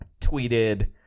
tweeted